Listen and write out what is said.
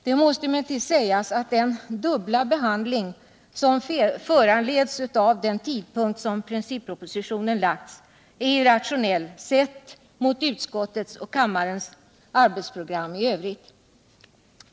Det måste emellertid sägas att den dubbla behandling som föranleds av tidpunkten för framläggandet av princippropositionen är irrationell med tanke på utskottets och kammarens arbetsprogram i övrigt.